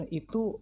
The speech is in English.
itu